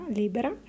libera